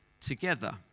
together